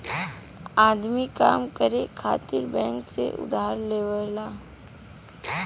आदमी काम करे खातिर बैंक से उधार लेवला